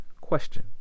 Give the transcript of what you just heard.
Question